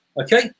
okay